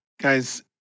Guys